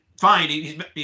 fine